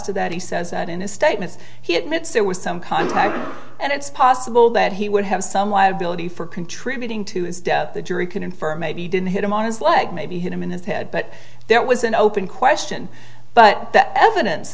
to that he says that in his statement he admits there was some contact and it's possible that he would have some liability for contributing to his death the jury can infer maybe didn't hit him on his leg maybe hit him in his head but that was an open question but that evidence